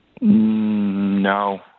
no